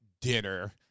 dinner